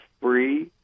free